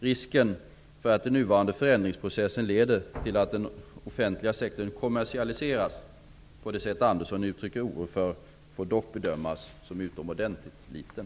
Risken för att den nuvarande förändringsprocessen leder till att den offentliga sektorn kommersialiseras på det sätt Andersson uttrycker oro för får dock bedömas som utomordentligt liten.